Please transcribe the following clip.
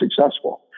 successful